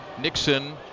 Nixon